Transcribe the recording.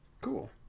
Cool